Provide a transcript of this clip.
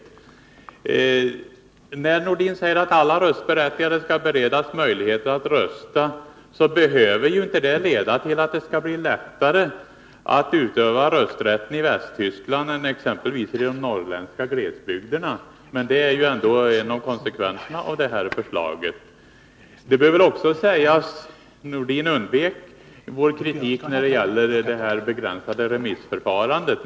När Sven-Erik Nordin säger att alla röstberättigade skall beredas möjligheter att rösta, så behöver ju inte det leda till att det skall bli lättare att utöva rösträtten i Västtyskland än exempelvis i de norrländska glesbygderna. Men det är ju ändå en av konsekvenserna av det här förslaget. Sven-Erik Nordin undvek vår kritik när det gäller det begränsade remissförfarandet.